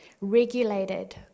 regulated